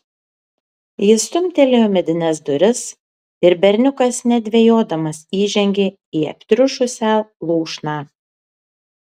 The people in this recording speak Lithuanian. jis stumtelėjo medines duris ir berniukas nedvejodamas įžengė į aptriušusią lūšną